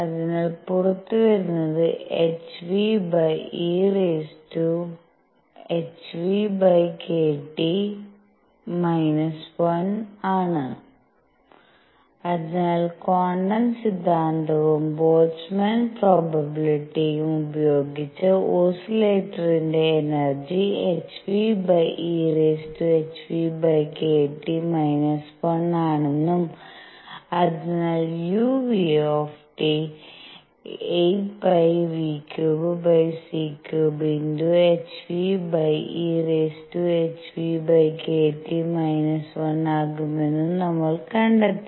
അതിനാൽ പുറത്തുവരുന്നത് hve⁽ʰᵛᵏᵀ⁾ 1 അതിനാൽ ക്വാണ്ടം സിദ്ധാന്തവും ബോൾട്ട്സ്മാൻ പ്രോബബിലിറ്റിയും ഉപയോഗിച്ച് ഓസിലേറ്ററിന്റെ ശരാശരി എനർജി hveʰᵛᵏᵀ 1 ആണെന്നും അതിനാൽ uν 8πv³c³hveʰᵛᵏᵀ 1 ആകുമെന്നും നമ്മൾ കണ്ടെത്തി